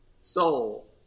soul